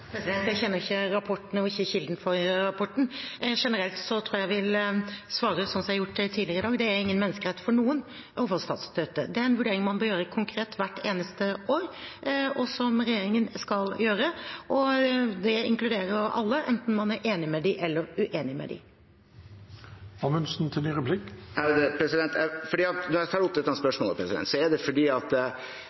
Jeg kjenner ikke rapporten og ikke kilden for rapporten. Generelt vil jeg svare slik som jeg har gjort tidligere i dag. Det er ingen menneskerett for noen å få statsstøtte. Det er en vurdering man bør gjøre konkret hvert eneste år, og som regjeringen skal gjøre. Det inkluderer alle, enten man er enig eller uenig med dem. Jeg tar opp dette spørsmålet fordi